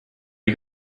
you